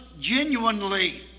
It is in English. genuinely